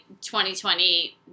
2020